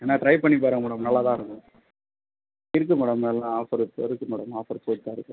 வேணா ட்ரை பண்ணி பாருங்கள் மேடம் நல்லா தான் இருக்கும் இருக்கு மேடம் எல்லா ஆஃபர் இப்போ இருக்கு மேடம் ஆஃபர் போய்ட்டு தான் இருக்கு